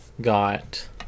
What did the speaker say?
Got